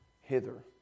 hither